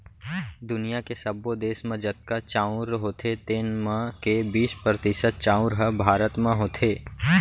दुनियॉ के सब्बो देस म जतका चाँउर होथे तेन म के बीस परतिसत चाउर ह भारत म होथे